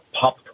pop